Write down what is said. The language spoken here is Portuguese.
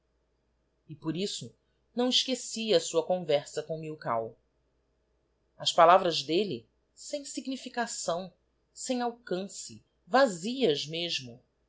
e por isso não esquecia a sua conversa com milkau as palavras d'elle sem signiticação sem alcance vazias mesmo